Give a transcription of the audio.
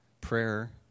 prayer